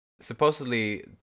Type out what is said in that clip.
supposedly